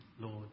Lord